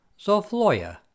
Zofloya